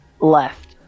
left